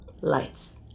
Lights